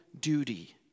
duty